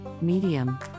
medium